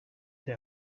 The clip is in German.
der